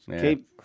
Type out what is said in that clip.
Keep